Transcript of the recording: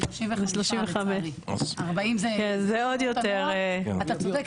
זה 35. אתה צודק,